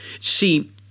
See